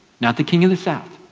not the king of the south.